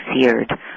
seared